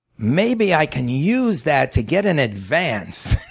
maybe i can use that to get an advance